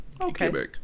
Okay